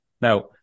Now